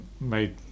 made